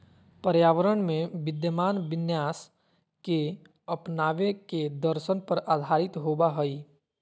पर्यावरण में विद्यमान विन्यास के अपनावे के दर्शन पर आधारित होबा हइ